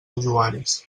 usuaris